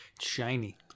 Shiny